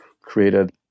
created